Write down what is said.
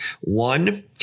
One